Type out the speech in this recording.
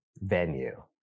venue